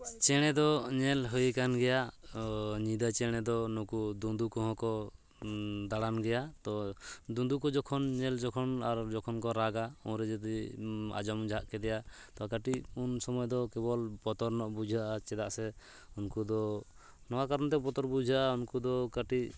ᱪᱮᱬᱮ ᱫᱚ ᱧᱮᱞ ᱦᱩᱭᱟᱠᱟᱱ ᱜᱮᱭᱟ ᱧᱤᱫᱟᱹ ᱪᱮᱬᱮ ᱫᱚ ᱱᱩᱠᱩ ᱫᱩᱸᱫᱩ ᱠᱚᱦᱚᱸ ᱠᱚ ᱫᱟᱬᱟᱱ ᱜᱮᱭᱟ ᱛᱚ ᱫᱩᱸᱫᱩ ᱠᱚ ᱡᱚᱠᱷᱚᱱ ᱧᱮᱞ ᱡᱚᱠᱷᱚᱱ ᱟᱨ ᱡᱚᱠᱷᱚᱱ ᱠᱚ ᱨᱟᱜᱟ ᱩᱱᱨᱮ ᱡᱩᱫᱤᱢ ᱟᱸᱡᱚᱢ ᱡᱷᱟᱜ ᱠᱮᱫᱮᱭᱟ ᱛᱚ ᱠᱟᱹᱴᱤᱡ ᱩᱱ ᱥᱚᱢᱚᱭ ᱫᱚ ᱠᱮᱵᱚᱞ ᱵᱚᱛᱚᱨ ᱧᱚᱜ ᱵᱩᱡᱷᱟᱹᱜᱼᱟ ᱪᱮᱫᱟᱜ ᱥᱮ ᱩᱱᱠᱩ ᱫᱚ ᱱᱚᱣᱟ ᱠᱟᱨᱚᱱ ᱛᱮ ᱵᱚᱛᱚᱨ ᱵᱩᱡᱷᱟᱹᱜᱼᱟ ᱩᱱᱠᱩ ᱫᱚ ᱠᱟᱹᱴᱤᱡ